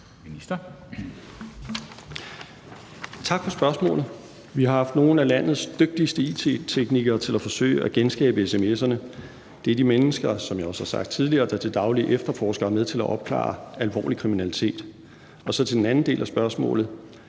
Tak for spørgsmålet. Vi har haft nogle af landets dygtigste it-teknikere til at forsøge at genskabe sms'erne. Det er de mennesker, som jeg også har sagt tidligere, der til daglig efterforsker og er med til at opklare alvorlig kriminalitet. Så til den anden del af spørgsmålet: